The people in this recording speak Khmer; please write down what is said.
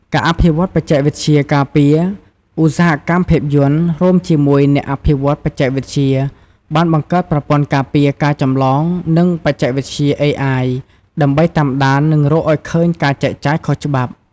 ការអភិវឌ្ឍបច្ចេកវិទ្យាការពារ ឧស្សាហកម្មភាពយន្ត រួមជាមួយអ្នកអភិវឌ្ឍន៍បច្ចេកវិទ្យា បានបង្កើតប្រព័ន្ធការពារការចម្លងនិងបច្ចេកវិទ្យា អេអាយ ដើម្បីតាមដាន និងរកឱ្យឃើញការចែកចាយខុសច្បាប់។